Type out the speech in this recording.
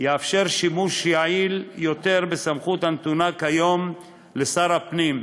יאפשר שימוש יעיל יותר בסמכות הנתונה כיום לשר הפנים,